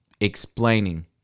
explaining